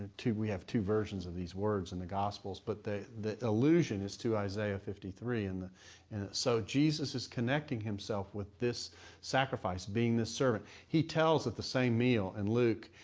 two. we have two versions of these words in the gospels, but the. the allusion is to isaiah fifty three. and. and so jesus is connecting himself with this sacrifice, being this servant. he tells, at the same meal, in and luke,